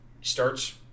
starts